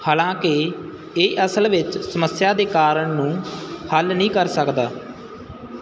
ਹਾਲਾਂਕਿ ਇਹ ਅਸਲ ਵਿੱਚ ਸਮੱਸਿਆ ਦੇ ਕਾਰਨ ਨੂੰ ਹੱਲ ਨਹੀਂ ਕਰ ਸਕਦਾ